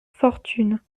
fortune